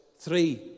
three